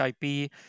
IP